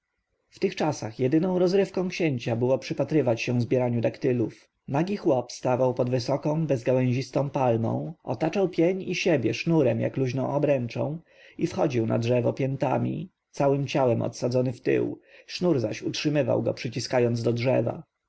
w tych czasach jedyną rozrywką księcia było przypatrywać się zbieraniu daktylów nagi chłop stawał pod wysoką bezgałęzistą palmą otaczał pień i siebie sznurem jak luźną obręczą i wchodził na drzewo piętami całem ciałem odsadzony wtył sznur zaś utrzymywał go przyciskając do drzewa